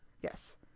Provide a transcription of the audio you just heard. Yes